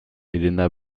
elena